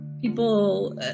people